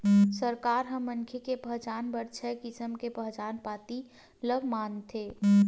सरकार ह मनखे के पहचान बर छय किसम के पहचान पाती ल मानथे